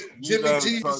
Jimmy